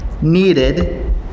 needed